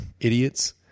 idiots